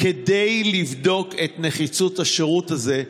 כדי לבדוק את נחיצות השירות הזה,